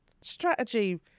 strategy